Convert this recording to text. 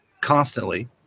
constantly